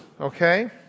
okay